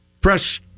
press